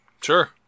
Sure